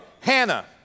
Hannah